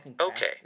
okay